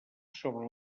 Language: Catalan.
sobre